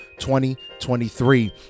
2023